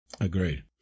Agreed